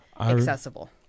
accessible